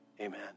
amen